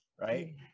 right